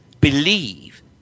believe